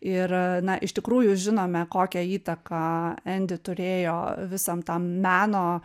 ir na iš tikrųjų žinome kokią įtaką endi turėjo visam tam meno